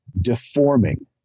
deforming